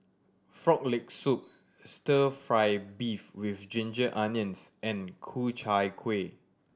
Frog Leg Soup Stir Fry beef with ginger onions and Ku Chai Kueh